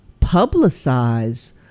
publicize